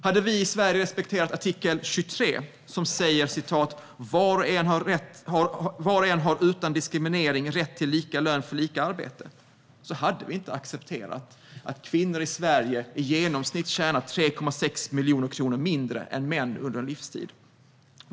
Hade vi i Sverige respekterat artikel 23, som säger "var och en har utan diskriminering rätt till lika lön för lika arbete", hade vi inte accepterat att kvinnor i Sverige i genomsnitt tjänar 3,6 miljoner kronor mindre än män under en livstid.